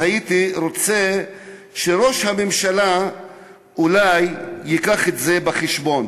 והייתי רוצה שראש הממשלה אולי יביא את זה בחשבון.